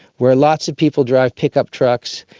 where lots of people drive pickup trucks.